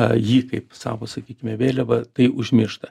a jį kaip savo sakykime vėliavą tai užmiršta